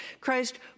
Christ